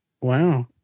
Wow